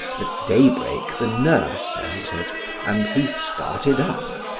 at daybreak the nurse entered and he started up.